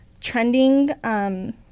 trending